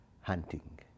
hunting